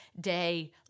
day